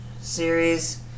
series